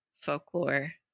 Folklore